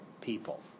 people